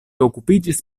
okupiĝis